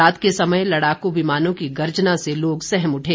रात के समय लड़ाकू विमानों की गर्जना से लोग सहम उठे